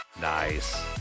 Nice